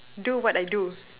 do what I do